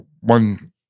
one